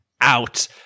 out